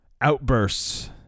outbursts